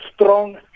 strong